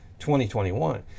2021